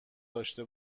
داشته